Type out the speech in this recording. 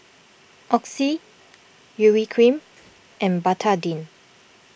Oxy Urea Cream and Betadine